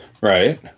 right